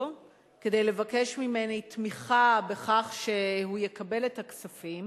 כדי לבקש ממני תמיכה לכך שהוא יקבל את הכספים,